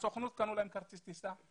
הסוכנות קנתה להם כרטיס טיסה,